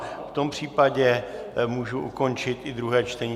V tom případě můžu ukončit i druhé čtení.